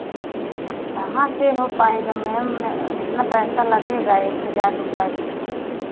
कहाँ से हो पाएगा मैम उतना पैसा लगेगा एक हज़ार रुपये